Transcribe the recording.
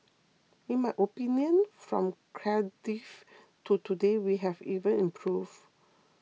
in my opinion from Cardiff to today we have even improved